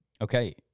okay